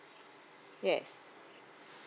yes